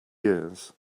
years